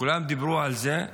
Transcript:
כולם דיברו על זה,